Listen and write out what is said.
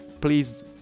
Please